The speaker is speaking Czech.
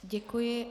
Děkuji.